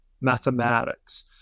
mathematics